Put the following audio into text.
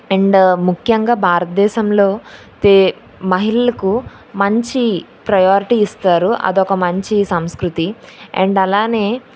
and ముఖ్యంగా భారతదేశంలో తే మహిళలకూ మంచి ప్రయారిటీ ఇస్తారు అది ఒక మంచి సంస్కృతి అండ్ అలానే